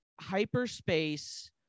hyperspace